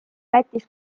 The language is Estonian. lätis